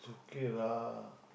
kay lah